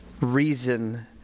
reason